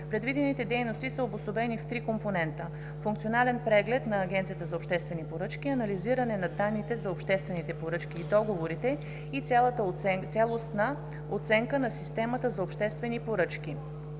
Предвидените дейности са обособени в три компонента: функционален преглед на Агенцията за обществени поръчки, анализиране на данните за обществените поръчки и договорите и цялостна оценка на системата за обществени поръчки.